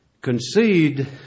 Concede